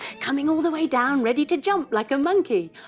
coming all the way down ready to jump like a monkey.